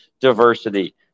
diversity